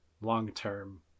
Long-term